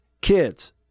Kids